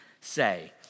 say